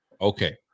Okay